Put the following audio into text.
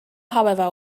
however